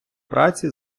праці